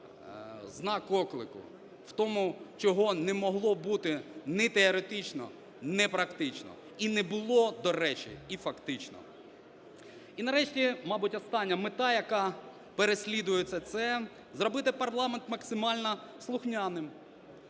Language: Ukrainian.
(знак оклику), в тому, чого не могло бути ні теоретично, ні практично. І не було, до речі, і фактично. І, нарешті, мабуть, остання мета, яка переслідується, - це зробити парламент максимально слухняним,